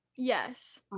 Yes